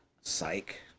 Psych